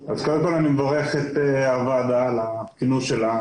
מקווים שהוועדה הזאת תוכל לקדם את הנושאים האלה יחד עם התושבים.